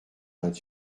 vingt